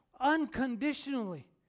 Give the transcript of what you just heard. unconditionally